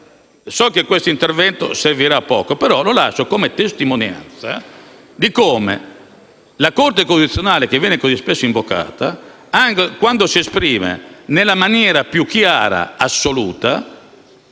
So che questo intervento servirà a poco, ma lo lascio come testimonianza del fatto che quando la Corte costituzionale, che viene così spesso invocata, si esprime nella maniera più chiara assoluta